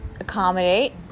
accommodate